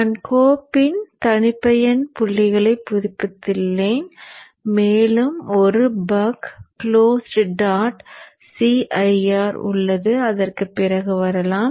நான் கோப்பின் தனிப்பயன் புள்ளிகளைப் புதுப்பித்துள்ளேன் மேலும் ஒரு பக் closed டாட் cir உள்ளது அதற்குப் பிறகு வரலாம்